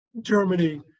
Germany